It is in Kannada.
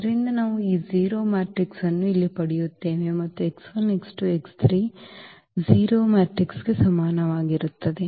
ಆದ್ದರಿಂದ ನಾವು ಈ 0 ಮ್ಯಾಟ್ರಿಕ್ಸ್ ಅನ್ನು ಇಲ್ಲಿ ಪಡೆಯುತ್ತೇವೆ ಮತ್ತು 0 ಮ್ಯಾಟ್ರಿಕ್ಸ್ಗೆ ಸಮನಾಗಿರುತ್ತದೆ